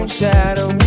Shadow